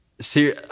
see